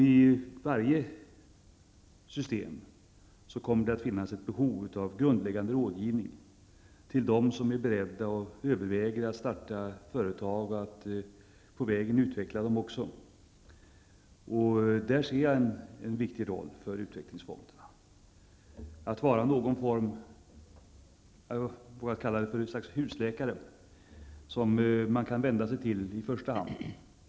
I varje system kommer det att finnas ett behov av grundläggande rådgivning till dem som är beredda att starta företag och att utveckla företag. Här ser jag en viktig roll för utvecklingsfonderna, som kan vara något slags husläkare som man kan vända sig till i första hand.